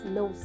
no